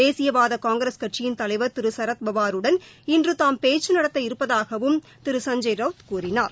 தேசியவாத காங்கிரஸ் கட்சியின் தலைவர் திரு சரத்பவாருடன் இன்று தாம் பேச்சு நடத்த இருப்பதாகவும் திரு சஞ்ஜய் ரவ்த் கூறினார்